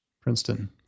Princeton